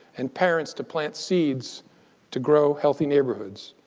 and parents to plant seeds to grow healthy neighborhoods,